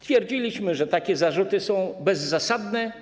Twierdziliśmy, że takie zarzuty są bezzasadne.